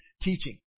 teaching